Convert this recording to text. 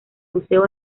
buceo